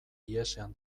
ihesean